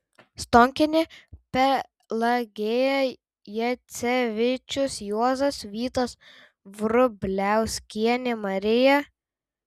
stonkienė pelagėja jacevičius juozas vytas vrubliauskienė marija